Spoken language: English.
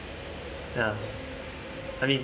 ya I mean